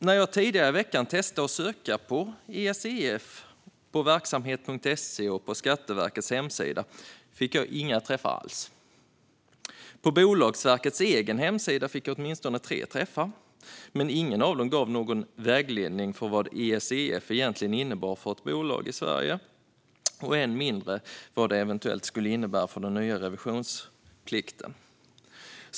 När jag tidigare i veckan testade att söka efter "Efes" på verksamt.se och på Skatteverkets hemsida fick jag inga träffar alls. På Bolagsverkets egen hemsida fick jag åtminstone tre träffar, men ingen av dem gav någon vägledning gällande vad Esef egentligen innebär för ett bolag i Sverige och än mindre vad det eventuellt skulle innebära för den nya revisionsplikten.